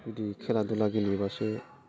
बिदि खेला धुला गेलेबासो